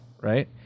right